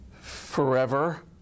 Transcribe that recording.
forever